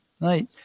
right